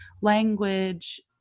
language